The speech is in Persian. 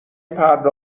پرده